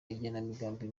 igenamigambi